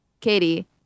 Katie